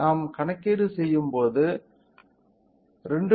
நான் கணக்கீடு செய்யும்போது 2